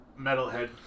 metalhead